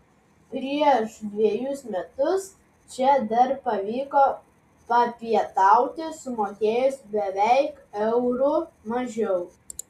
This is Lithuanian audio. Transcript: prieš dvejus metus čia dar pavyko papietauti sumokėjus beveik euru mažiau